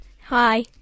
Hi